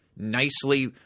Nicely